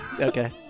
Okay